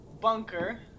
bunker